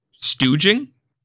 stooging